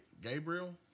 Gabriel